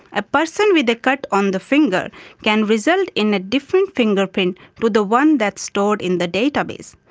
a person with a cut on the finger can result in a different fingerprint with the one that stored in the database,